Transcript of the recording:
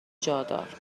جادار